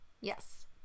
Yes